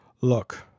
Look